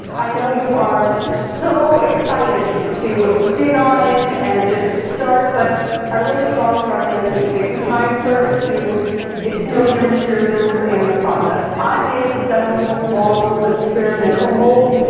i know you are so excited to dig on in and just start, but i really strongly recommend that you take some time first to get to know your materials and the process. i made several small little experimental molds.